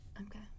Okay